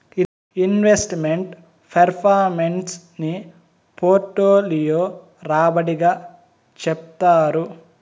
invest meant performance ని portfolio రాబడి గా చెప్తారు